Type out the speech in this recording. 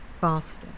Faster